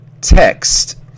text